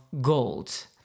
gold